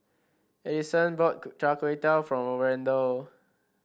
Adyson bought Char Kway Teow for Randall